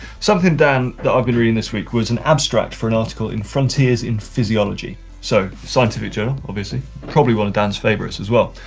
something dan, that i've been reading this week was an abstract for an article in frontiers in physiology. so, scientific journal, obviously, probably one of dan's favorites as well.